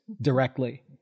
directly